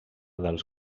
dels